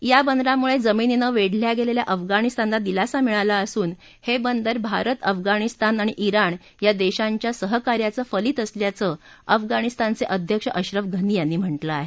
या बंदरामुळं जमिनीनं वेढल्या गेलेल्या अफगाणिस्तानला दिलासा मिळाला असून हे बंदर भारत अफगाणिस्तान आणि आण या देशांच्या सहकार्याच फलित असल्याचं अफगाणिस्तानचे अध्यक्ष अश्रफ घनी यांनी म्हटलं आहे